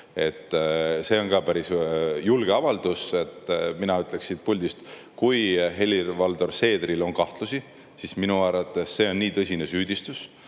See on päris julge avaldus. Mina ütleksin siit puldist, et kui Helir-Valdor Seederil on kahtlusi, siis minu arvates see on nii tõsine süüdistus,